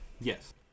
yes